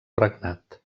regnat